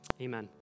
Amen